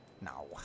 No